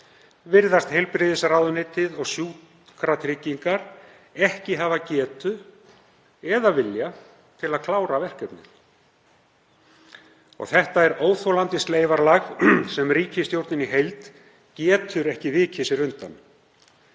virðast heilbrigðisráðuneytið og Sjúkratryggingar ekki hafa getu eða vilja til að klára verkefnið. Þetta er óþolandi sleifarlag sem ríkisstjórnin í heild getur ekki vikið sér undan.